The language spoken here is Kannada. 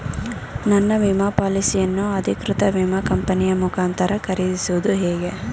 ನನ್ನ ವಿಮಾ ಪಾಲಿಸಿಯನ್ನು ಅಧಿಕೃತ ವಿಮಾ ಕಂಪನಿಯ ಮುಖಾಂತರ ಖರೀದಿಸುವುದು ಹೇಗೆ?